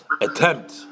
attempt